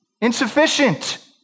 insufficient